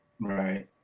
Right